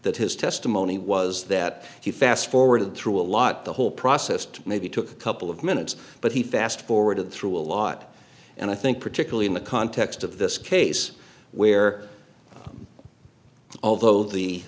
that his testimony was that he fast forwarded through a lot the whole process took maybe took a couple of minutes but he fast forwarded through a lot and i think particularly in the context of this case where although the